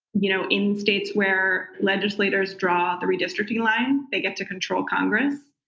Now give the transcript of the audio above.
you know in states where legislators draw the redistricting line, they get to control congress.